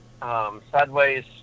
sideways